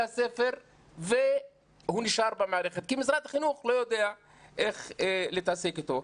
הספר והוא נשאר במערכת כי משרד החינוך לא יודע איך להתעסק איתו.